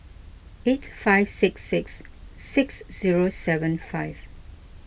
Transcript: eight five six six six zero seven five